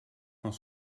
van